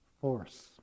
force